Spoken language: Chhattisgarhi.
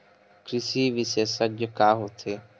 कृषि विशेषज्ञ का होथे?